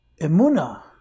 emuna